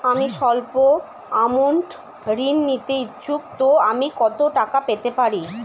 আমি সল্প আমৌন্ট ঋণ নিতে ইচ্ছুক তো আমি কত টাকা পেতে পারি?